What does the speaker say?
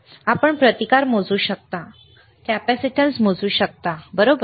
आपण प्रतिकार मोजू शकता हो कॅपेसिटन्स होय बरोबर